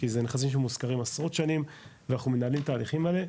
כי זה נכסים שמושכרים עשרות שנים ואנחנו מנהלים תהליכים עליהם.